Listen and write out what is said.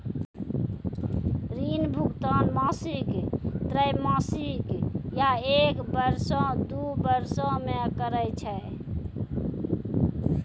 ऋण भुगतान मासिक, त्रैमासिक, या एक बरसो, दु बरसो मे करै छै